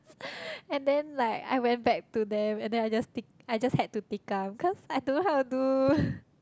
and then like I went back to them and then I just tik~ I just had to tikam cause I don't know how to do